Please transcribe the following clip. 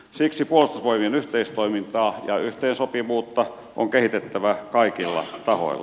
siksi puolustusvoimien yhteistoimintaa ja yhteensopivuutta on kehitettävä kaikilla tahoilla